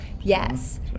Yes